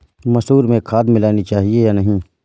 मसूर में खाद मिलनी चाहिए या नहीं?